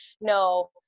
no